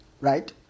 Right